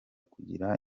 kugira